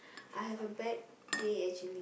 I have a bad day actually